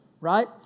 right